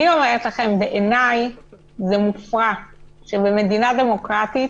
אני אומרת לכם, בעיניי זה מופרך שבמדינה דמוקרטית